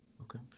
okay